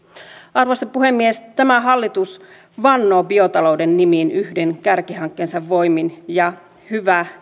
arvoisa puhemies tämä hallitus vannoo biotalouden nimiin yhden kärkihankkeensa voimin ja hyvä